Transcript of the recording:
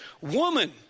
woman